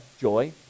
joy